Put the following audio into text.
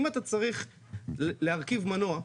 אם אתה צריך להרכיב מנוע,